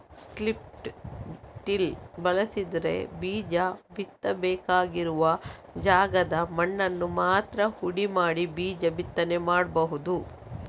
strip till ಬಳಸಿದ್ರೆ ಬೀಜ ಬಿತ್ತಬೇಕಾಗಿರುವ ಜಾಗದ ಮಣ್ಣನ್ನ ಮಾತ್ರ ಹುಡಿ ಮಾಡಿ ಬೀಜ ಬಿತ್ತನೆ ಮಾಡ್ಬಹುದು